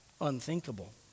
unthinkable